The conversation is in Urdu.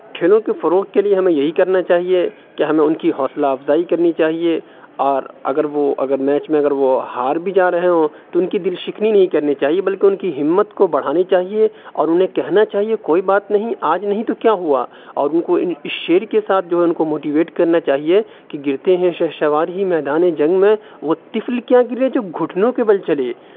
کھیلوں کے فروغ کے لیے ہمیں یہی کرنا چاہیے کہ ہمیں ان کی حوصلہ افزائی کرنی چاہیے اور اگر وہ اگر میچ میں اگر وہ ہار بھی جا رہے ہوں تو ان کی دل شکنی نہیں کرنی چاہیے بلکہ ان کی ہمت کو بڑھانی چاہیے اور انہیں کہنا چاہیے کوئی بات نہیں آج نہیں تو کیا ہوا اور ان کو ان اس شعر کے ساتھ جو ہے ان کو موٹیویٹ کرنا چاہیے کہ گرتے ہیں شہسوار ہی میدان جنگ میں وہ طفل کیا گرے جو گھٹنوں کے بل چلے